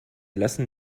lassen